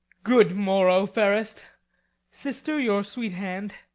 good morrow, fairest sister. your sweet hand.